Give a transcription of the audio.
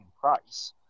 price